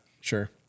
Sure